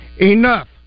Enough